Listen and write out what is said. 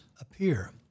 appear